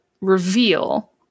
reveal